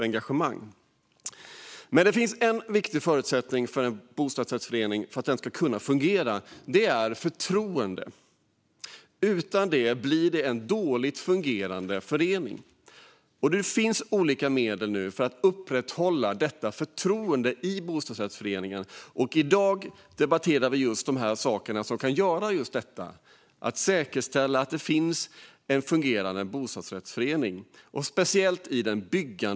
En viktig förutsättning för att en bostadsrättsförening ska kunna fungera är förtroende. Utan det blir det en dåligt fungerande förening. Det finns olika medel för att upprätthålla detta förtroende i bostadsrättsföreningen, och i dag debatterar vi just sådant som kan säkerställa en fungerande bostadsrättsförening, speciellt i byggfasen.